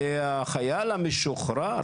והחייל המשוחרר